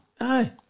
Aye